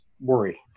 worry